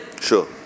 Sure